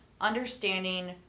understanding